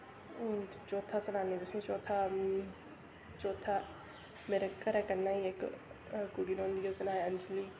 चौथा सनानी तुसें चौथा चौथा मेरे घरै कन्नै गै इक कुड़ी रौंह्दी ऐ उसदा नांऽ ऐ अंजली